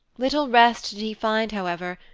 little rest did he find, however,